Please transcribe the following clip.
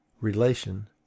relation